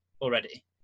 already